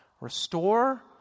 restore